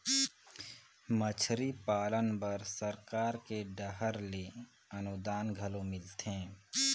मछरी पालन बर सरकार के डहर ले अनुदान घलो मिलथे